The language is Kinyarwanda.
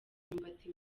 imyumbati